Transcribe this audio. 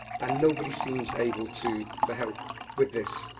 and nobody seems able to help with this.